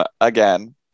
again